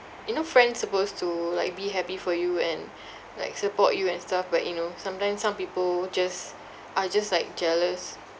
you know friends supposed to like be happy for you and like support you and stuff but you know sometimes some people just are just like jealous